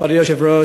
כבוד היושב-ראש,